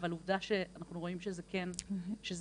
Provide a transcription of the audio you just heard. אבל עובדה שאנחנו רואים שזה כן קורה,